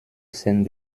scène